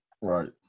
Right